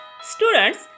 Students